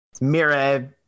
Mira